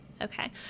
Okay